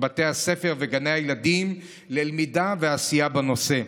בתי הספר ואת גני הילדים ללמידה ועשייה בנושא.